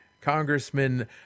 Congressman